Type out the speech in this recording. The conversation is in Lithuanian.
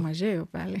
mažieji upeliai